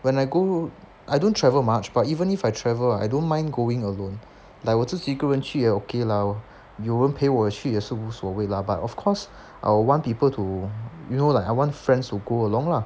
when I go I don't travel much but even if I travel I don't mind going alone like 我自己一个人去 okay lah 有人陪我去也是无所谓 lah but of course I will want people to you know like I want friends to go along lah